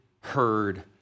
Heard